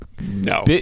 No